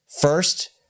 First